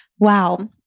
Wow